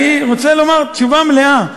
אני רוצה לומר תשובה מלאה.